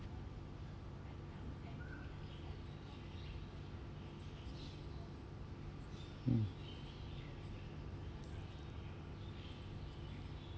mm